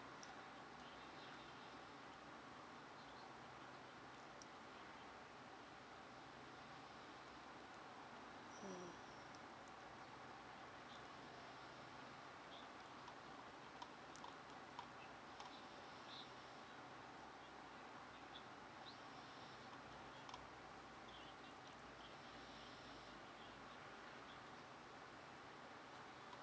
mm